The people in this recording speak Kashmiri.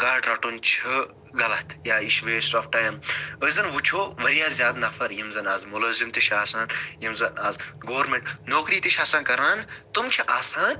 گاڈٕ رَٹُن چھُ غلط یا یہِ چھِ ویسٹہٕ آف ٹایم أسۍ زَن وُچھو واریاہ زیادٕ نفر یِم زَن آز مُلٲزِم تہِ چھِ آسان یِم زَن آز گورمیٚنٛٹ نوکری تہِ چھِ آسان کران تٕم چھِ آسان